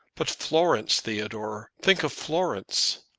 but florence, theodore! think of florence!